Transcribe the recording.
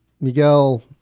Miguel